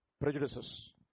prejudices